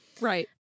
Right